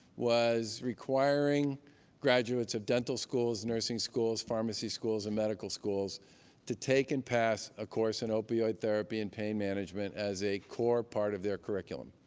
was requiring graduates of dental schools, nursing schools, pharmacy schools, and medical schools to take and pass a course in opioid therapy and pain management as a core part of their curriculum.